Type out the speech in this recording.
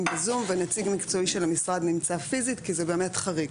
בזום ונציג מקצועי של המשרד נמצא פיזית כי זה באמת חריג.